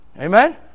Amen